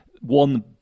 one